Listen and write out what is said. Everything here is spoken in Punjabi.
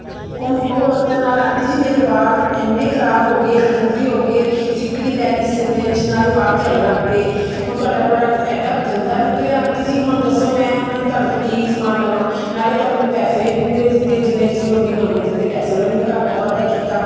ਅਤੇ ਓ ਉਹ ਵਰਤਣ ਨਾਲ ਆਂਟੀ ਜੀ ਮੇਰੇ ਵਾਲ ਇੰਨੇ ਖਰਾਬ ਹੋ ਗਏ ਰੂਡਲੀ ਹੋ ਗਏ ਸਿੱਕਰੀ ਪੈ ਗਈ ਸਿਰ ਵਿੱਚ ਨਾਲੇ ਵਾਲ ਝੜਨ ਲੱਗ ਪਏ ਹੁਣ ਤੁਹਾਡਾ ਪ੍ਰੋਡਕਟ ਐਡਾ ਗੰਦਾ ਨਿਕਲਿਆ ਆਂਟੀ ਜੀ ਹੁਣ ਦੱਸੋ ਮੈਂ ਹੁਣ ਤੁਹਾਡੇ ਤੋਂ ਕੀ ਸਮਾਨ ਲਵਾਂ ਨਾਲੇ ਤੁਹਾਨੂੰ ਮੈਂ ਪੈਸੇ ਵੀ ਪੂਰੇ ਦਿੱਤੇ ਜਿੰਨੇ ਤੁਸੀਂ ਮੰਗੇ ਮੈਂ ਉੰਨੇ ਦਿੱਤੇ ਪੈਸਿਆਂ ਦਾ ਵੀ ਨਹੀਂ ਘੱਟ ਵਾਧਾ ਕੀਤਾ